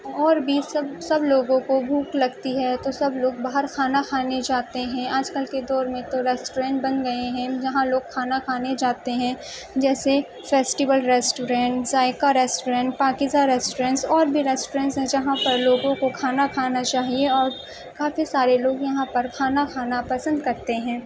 اور بھی سب سب لوگوں کو بھوک لگتی ہے تو سب لوگ باہر کھانا کھانے جاتے ہیں آج کل کے دور میں تو ریسٹورنٹ بن گئے ہیں جہاں لوگ کھانا کھانے جاتے ہیں جیسے festival restaurant Zaiqa restaurant Pakeezah restaurants اور بھی ریسٹورنٹس ہیں جہاں پر لوگوں کوکھانا کھانا چاہیے اور کافی سارے لوگ یہاں پر کھانا کھانا پسند کرتے ہیں